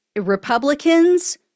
Republicans